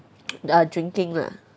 uh drinking lah